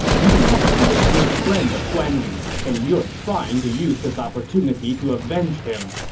you must be a good friend of guan yu's, and you are trying to use this opportunity to avenge him!